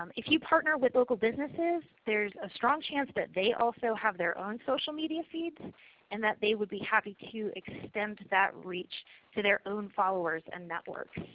um if you partner with local businesses, there is a strong chance that they also have their own social media feeds and and they would be happy to extend that reach to their own followers and network.